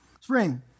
Spring